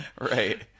Right